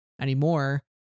anymore